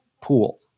pool